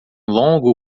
longo